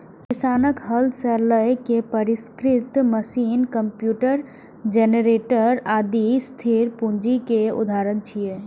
किसानक हल सं लए के परिष्कृत मशीन, कंप्यूटर, जेनरेटर, आदि स्थिर पूंजी के उदाहरण छियै